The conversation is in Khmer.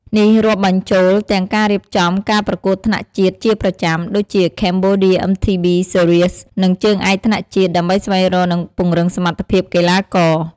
នេះរាប់បញ្ចូលទាំងការរៀបចំ ការប្រកួតថ្នាក់ជាតិជាប្រចាំ ដូចជា Cambodia MTB Series និងជើងឯកថ្នាក់ជាតិ ដើម្បីស្វែងរក និងពង្រឹងសមត្ថភាពកីឡាករ។